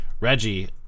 Reggie